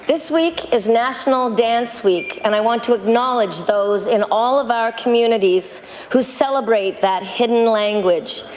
this week is national dance week, and i want to acknowledge those in all of our communities who celebrate that hidden language.